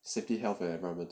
safety health and environment